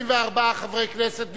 24 חברי כנסת נרשמו,